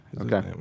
Okay